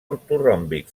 ortoròmbic